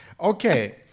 Okay